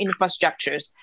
infrastructures